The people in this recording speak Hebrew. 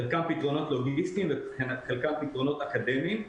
חלקם פתרונות לוגיסטיים וחלקם פתרונות אקדמיים.